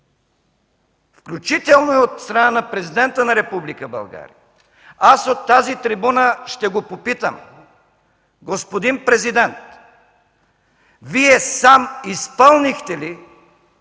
включително от страна на Президента на Република България, от тази трибуна ще го попитам: господин президент, Вие сам изпълнихте ли